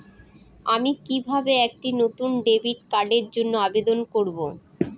আমি কিভাবে একটি নতুন ডেবিট কার্ডের জন্য আবেদন করব?